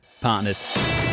Partners